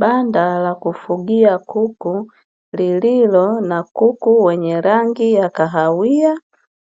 Banda la kufugia kuku lililo na kuku wenye rangi ya kahawia,